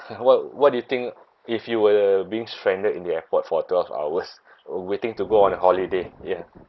well what do you think if you were being stranded in the airport for twelve hours waiting to go on a holiday ya